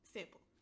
Simple